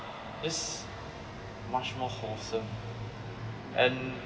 just much more wholesome and